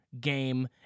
game